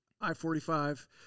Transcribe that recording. I-45